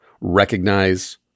recognize